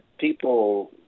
people